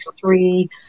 three